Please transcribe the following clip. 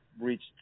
reached